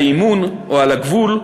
באימון או על הגבול,